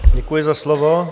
Děkuji za slovo.